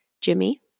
Jimmy